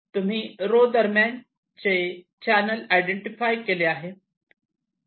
तुम्ही रो दरम्यान चे चॅनल आयडेंटिफाय केले आहे